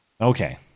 Okay